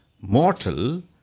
mortal